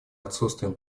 отсутствием